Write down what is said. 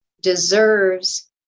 deserves